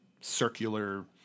circular